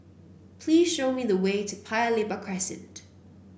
please show me the way to Paya Lebar Crescent